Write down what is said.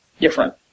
different